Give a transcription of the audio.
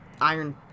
iron